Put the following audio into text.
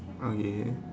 okay